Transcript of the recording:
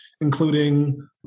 including